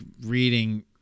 reading